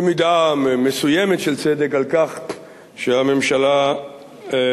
במידה מסוימת של צדק, על כך שהממשלה פוסלת